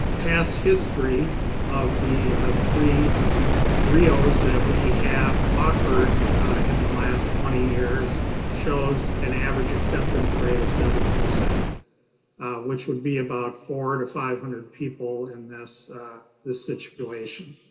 past history of the three rios that we have offered in the last twenty years shows an average acceptance rate of seven, which would be about four to five hundred people in this this situation.